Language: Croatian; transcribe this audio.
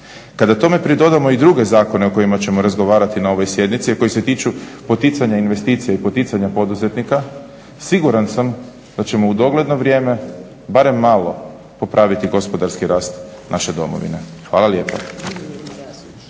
Kada tome pridodamo i druge zakone o kojima ćemo razgovarati na ovoj sjednici a koji se tiču poticanja investicija i poticanja poduzetnika, siguran sam da ćemo u dogledno vrijeme barem malo popraviti gospodarski rast naše domovine. Hvala lijepa.